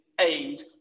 aid